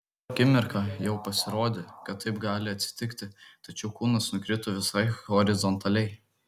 akimirką jau pasirodė kad taip gali atsitikti tačiau kūnas nukrito visai horizontaliai